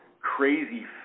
crazy